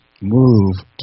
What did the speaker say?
move